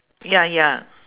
ya ya